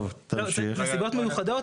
נסיבות מיוחדות.